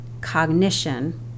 cognition